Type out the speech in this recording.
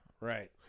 right